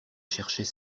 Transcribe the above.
cherchait